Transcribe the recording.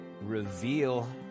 reveal